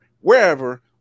wherever